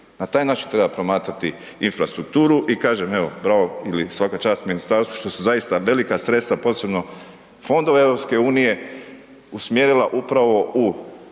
Na taj način treba promatrati infrastrukturu i kažem evo, bravo ili svaka čast ministarstvu, što su zaista velika sredstva posebno fondove EU, usmjerila upravo u